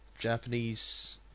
Japanese